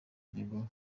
ntego